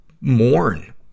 mourn